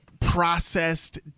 processed